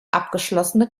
abgeschlossene